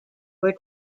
were